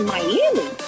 Miami